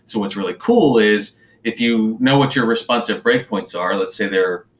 so what's really cool is if you know what your responsive breakpoints are. let's say they're